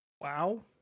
Wow